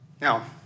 Now